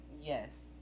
Yes